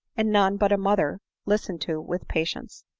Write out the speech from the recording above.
and none but a mother listen to with patience.